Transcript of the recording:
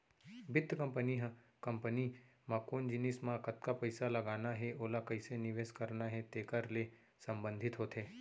बित्त कंपनी ह कंपनी म कोन जिनिस म कतका पइसा लगाना हे ओला कइसे निवेस करना हे तेकर ले संबंधित होथे